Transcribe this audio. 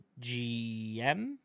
GM